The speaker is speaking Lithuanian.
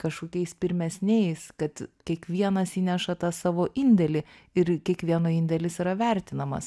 kažkokiais pirmesniais kad kiekvienas įneša tą savo indėlį ir kiekvieno indėlis yra vertinamas